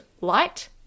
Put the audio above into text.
light